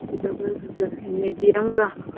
ꯗꯕꯜꯒ ꯃꯦꯗꯤꯌꯝꯒ